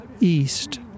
east